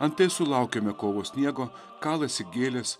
antai sulaukėme kovo sniego kalasi gėlės